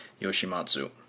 Yoshimatsu